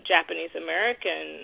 Japanese-American